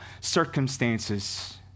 circumstances